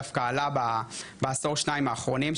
דווקא עלה בעשור שניים האחרונים,